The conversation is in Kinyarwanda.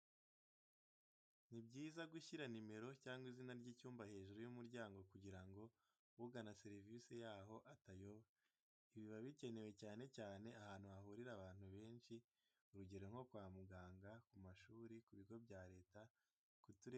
Ni byiza gushyira nimero cyangwa izina ry'icyumba hejuru y'umuryango kugira ngo ugana serivisi yaho atayoba. Ibi biba bikenewe cyane cyane ahantu hahurira abantu benshi, urugero nko kwa muganga, ku mashuri ku bigo bya leta, ku turere ndetse n'ahandi hatandukanye.